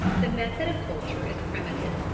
the method of culture is primitive,